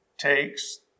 takes